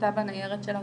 שחיטטה בניירת שלה,